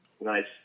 Nice